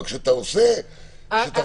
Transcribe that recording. אבל כשאתה רוצה --- אוסאמה,